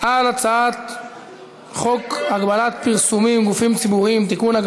על הצעת חוק הגבלת פרסומים (גופים ציבוריים) (תיקון,